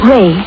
Ray